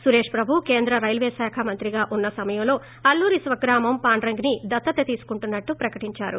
సురేశ్ ప్రభు కేంద్ర రైల్వే శాఖ మంత్రిగా ఉన్న సమయంలో అల్లూరి స్వగ్రామం పాండ్రంగిని దత్తత తీసుకుంటున్నట్లు ప్రకటించారు